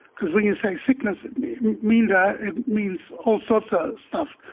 cause when you say sickness, it may mean that it means all sorts of stuff.